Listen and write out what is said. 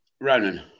Ronan